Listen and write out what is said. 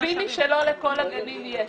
"תביני שלא לכל הגנים יש".